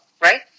right